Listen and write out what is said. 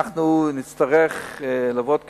אנחנו נצטרך לעבוד קשה,